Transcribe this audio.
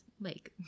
lake